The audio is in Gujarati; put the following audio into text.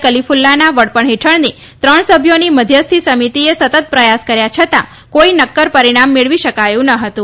કલીકૂલ્લાના વડપણ હેઠળની ત્રણ સભ્યોની મધ્યસ્થી સમિતીએ સતત પ્રયાસ કર્યા છતાં કોઇ નક્કર પરિણામ મેળવી શકાયું ન હતું